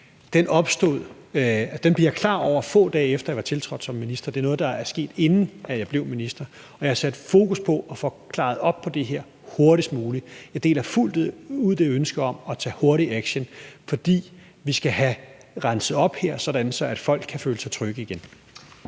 den blev jeg klar over, få dage efter at jeg var tiltrådt som minister. Og jeg har sat fokus på at få det her afklaret hurtigst muligt. Jeg deler fuldt ud det ønske om at tage hurtig action, for vi skal have renset op her, så folk kan føle sig trygge igen.